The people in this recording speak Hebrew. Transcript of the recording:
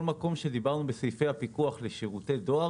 מקום שדיברנו בסעיפי הפיקוח על שירותי דואר,